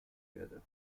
werde